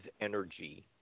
energy